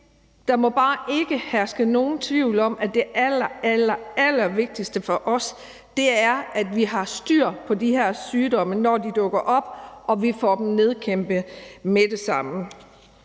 der må bare ikke herske nogen tvivl om, at det allerallervigtigste for os er, at vi har styr på de her sygdomme, når de dukker op, og at vi får dem nedkæmpet med det samme.